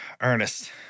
Ernest